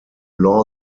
law